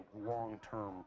long-term